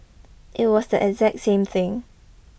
it was the exact same thing